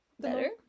Better